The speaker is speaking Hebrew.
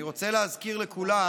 אני רוצה להזכיר לכולם